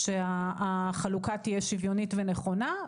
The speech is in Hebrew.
שהחלוקה תהיה שוויונית ונכונה.